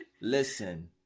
Listen